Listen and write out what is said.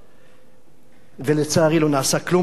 ולצערי, לא נעשה כלום, אפילו לא נדרשו לחקירה.